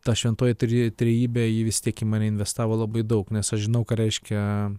ta šventoji treji trejybę ji vis tiek į mane investavo labai daug nes aš žinau ką reiškia